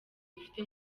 dufite